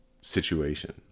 situation